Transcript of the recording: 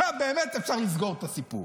שם באמת אפשר לסגור את הסיפור.